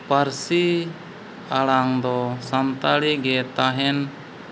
ᱯᱟᱹᱨᱥᱤ ᱟᱲᱟᱝ ᱫᱚ ᱥᱟᱱᱛᱟᱲᱤᱜᱮ ᱛᱟᱦᱮᱱ